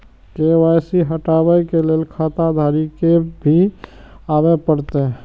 KYC हटाबै के लैल खाता धारी के भी आबे परतै?